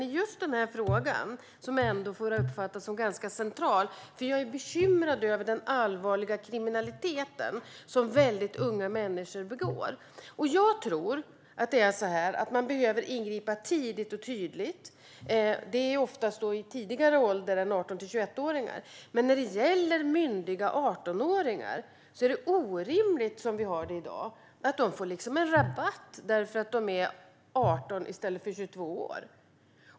I just denna fråga, som ändå får uppfattas som ganska central, är jag bekymrad över den allvarliga kriminalitet som väldigt unga människor ägnar sig åt. Jag tror att man behöver ingripa tidigt och tydligt - oftast i tidigare ålder än 18-21-åringar. Men när det gäller myndiga 18-åringar är det orimligt som vi har det i dag, att de får en rabatt därför att de är 18 år och inte 22 år.